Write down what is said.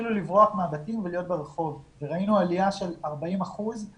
התחילו לברוח מהבתים ולהיות ברחוב וראינו עלייה של 40 אחוזים